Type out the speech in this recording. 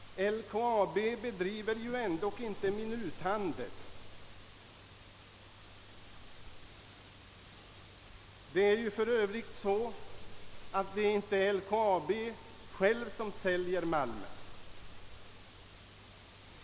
LKAB bedriver ju inte minuthandel. Det är för övrigt inte LKAB själv som säljer malmen.